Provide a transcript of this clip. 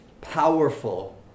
powerful